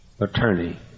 attorney